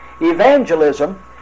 evangelism